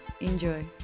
Enjoy